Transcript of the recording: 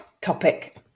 topic